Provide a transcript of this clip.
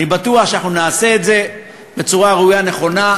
אני בטוח שאנחנו נעשה את זה בצורה ראויה ונכונה.